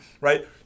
right